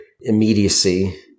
immediacy